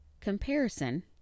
Comparison